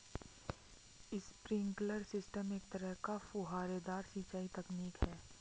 sprinkler system एक तरह का फुहारेदार सिंचाई तकनीक है